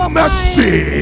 mercy